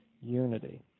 unity